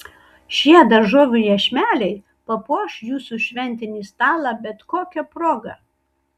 šie daržovių iešmeliai papuoš jūsų šventinį stalą bet kokia proga